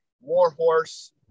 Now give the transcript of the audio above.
Warhorse